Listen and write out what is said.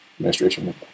administration